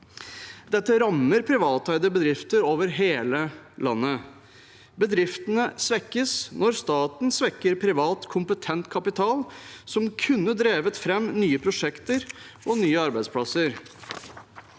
Dette rammer privateide bedrifter over hele landet. Be driftene svekkes når staten svekker privat, kompetent kapital som kunne drevet fram nye prosjekter og nye arbeidsplasser.